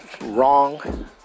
wrong